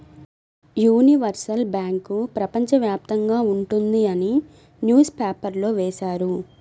universal bank ప్రపంచ వ్యాప్తంగా ఉంటుంది అని న్యూస్ పేపర్లో వేశారు